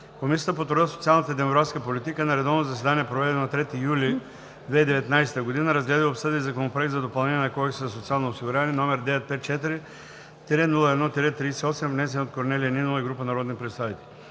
Комисията по труда, социалната и демографската политика на редовно заседание, проведено на 3 юли 2019 г., разгледа и обсъди Законопроект за допълнение на Кодекса за социално осигуряване, № 954-01-38, внесен от Корнелия Нинова и група народни представители.